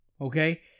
okay